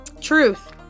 truth